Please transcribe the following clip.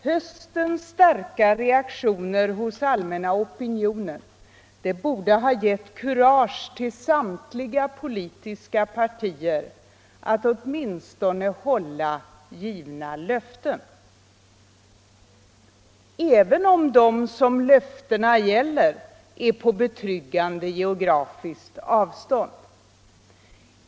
Höstens starka reaktioner hos allmänna opinionen borde gett kurage till samtliga politiska partier att åtminstone hålla givna löften, även om de som löftena gäller är på betryggande geografiskt avstånd.